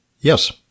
Yes